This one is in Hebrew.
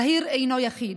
זהיר אינו יחיד.